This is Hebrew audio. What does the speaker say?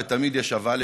ותמיד יש אבל,